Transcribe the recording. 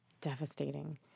devastating